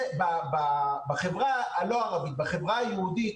בחברה היהודית